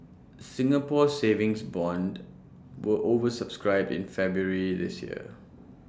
Singapore savings bonds were over subscribed in February this year